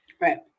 Right